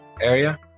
area